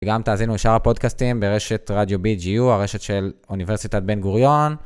וגם תאזינו לשאר הפודקאסטים ברשת רדיו BGU, הרשת של אוניברסיטת בן גוריון.